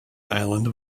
island